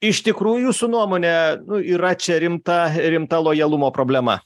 iš tikrųjų jūsų nuomone nu yra čia rimta rimta lojalumo problema